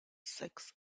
six